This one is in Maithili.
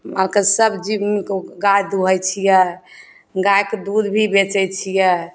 मालके सब जीव मिलकऽ गाय दूहय छियै गायके दूध भी बेचय छियै